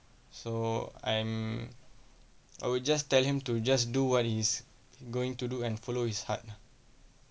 so I'm I will just tell him to just do what he is going to do and follow his heart ah